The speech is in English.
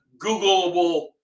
Googleable